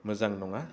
मोजां नङा